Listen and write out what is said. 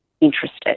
interested